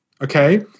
Okay